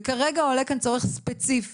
וכרגע עולה כאן צורך ספציפי.